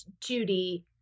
Judy